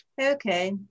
Okay